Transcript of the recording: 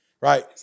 right